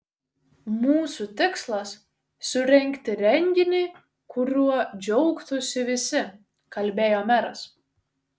mūsų tikslas surengti renginį kuriuo džiaugtųsi visi kalbėjo meras